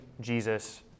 Jesus